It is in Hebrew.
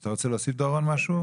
אתה רוצה להוסיף, דורון, משהו?